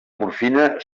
morfina